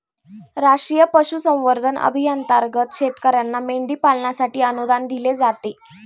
राष्ट्रीय पशुसंवर्धन अभियानांतर्गत शेतकर्यांना मेंढी पालनासाठी अनुदान दिले जाते